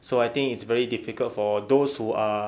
so I think is very difficult for those who are